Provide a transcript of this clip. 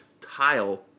tile